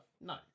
No